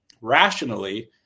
rationally